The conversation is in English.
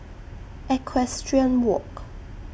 Equestrian Walk